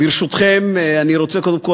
ברשותכם,